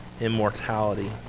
immortality